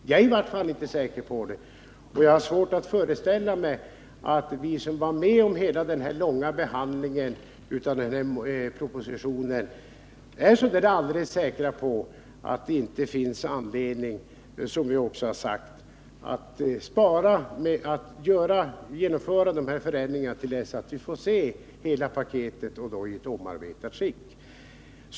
Jag är i varje fall inte säker på det, och jag har svårt att föreställa mig att vi som var med vid hela den långa behandlingen av propositionen är så säkra på att det inte finns anledning, vilket vi också framhållit, att vänta med de här ändringarna tills vi får se hela paketet i ett omarbetat skick.